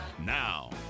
Now